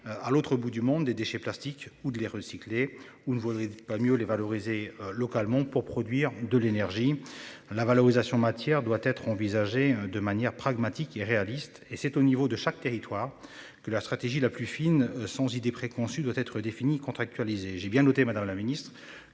à l'autre bout du monde. Des déchets plastiques ou de les recycler ou ne vaudrait pas mieux les valoriser localement pour produire de l'énergie. La valorisation matière doit être envisagée de manière pragmatique et réaliste. Et c'est au niveau de chaque territoire que la stratégie la plus fine sans idée préconçue doit être défini contractualiser j'ai bien noté Madame la Ministre